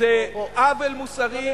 זה עוול מוסרי,